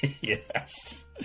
yes